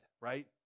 right